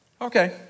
okay